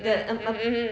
mm mm mm mm